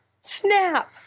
Snap